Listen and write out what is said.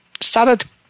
started